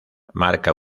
marca